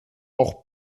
auch